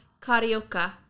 Carioca